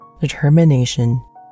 determination